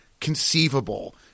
conceivable